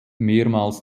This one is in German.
mehrmals